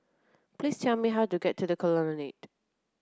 please tell me how to get to The Colonnade